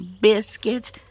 biscuit